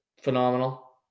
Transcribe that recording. phenomenal